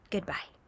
goodbye